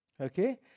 Okay